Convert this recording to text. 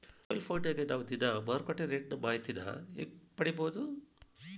Mobile ಫೋನ್ಯಾಗ ನಾವ್ ದಿನಾ ಮಾರುಕಟ್ಟೆ ರೇಟ್ ಮಾಹಿತಿನ ಹೆಂಗ್ ಪಡಿಬೋದು?